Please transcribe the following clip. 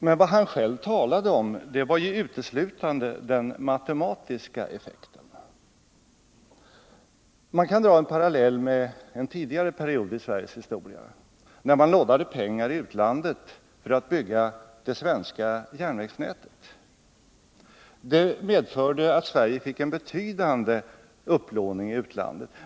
Men vad han själv talade om var uteslutande den matematiska effekten. Man kan dra en parallell med en tidigare period i Sveriges historia, när vi lånade pengar i utlandet för att bygga det svenska järnvägsnätet. Det medförde att Sverige fick en betydande upplåning i utlandet.